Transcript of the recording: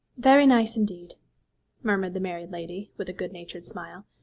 very nice indeed murmured the married lady, with a good-natured smile.